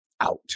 out